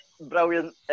Brilliant